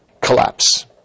collapse